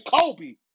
Kobe